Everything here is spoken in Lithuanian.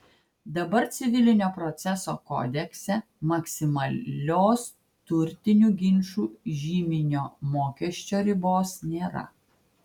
dabar civilinio proceso kodekse maksimalios turtinių ginčų žyminio mokesčio ribos nėra